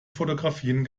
fotografien